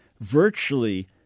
virtually